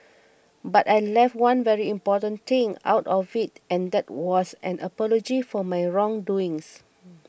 but I left one very important thing out of it and that was an apology for my wrong doings